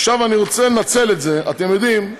עכשיו, אני רוצה לנצל את זה, אתם יודעים,